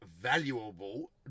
valuable